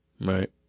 Right